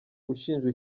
ushinjwa